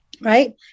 right